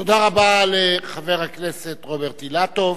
תודה רבה לחבר הכנסת רוברט אילטוב.